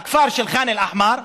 הכפר ח'אן אל-אחמר,